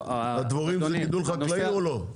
הדבורים זה גידול חקלאי או לא?